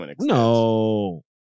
no